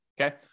okay